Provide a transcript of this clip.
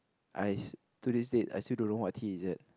I to this date I still don't know what tea is that